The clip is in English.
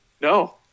No